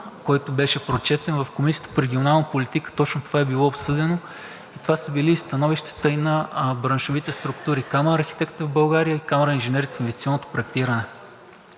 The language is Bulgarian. който беше прочетен в Комисията по регионална политика, точно това е било обсъдено и това са били и становищата на браншовите структури – Камарата на архитектите в България и Камарата на инженерите в инвестиционното проектиране.